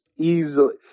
easily